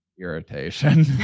irritation